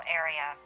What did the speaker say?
area